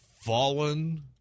fallen